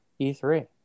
E3